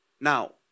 Now